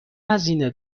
هزینه